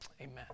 Amen